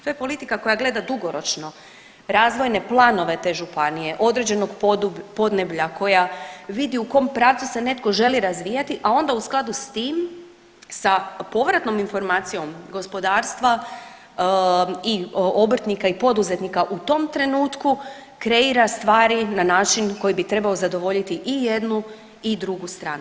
To je politika koja gleda dugoročno razvojne planove te županije, određenog podneblja, koja vidi u kom pravcu se netko želi razvijati, a onda u skladu s tim, sa povratnom informacijom gospodarstva i obrtnika i poduzetnika u tom trenutku kreira stvari na način koji bi trebao zadovoljiti i jednu i drugu stranu.